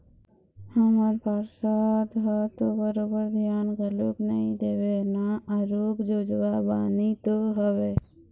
हमर पार्षद ह तो बरोबर धियान घलोक नइ देवय ना आरुग जोजवा बानी तो हवय